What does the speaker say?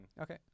Okay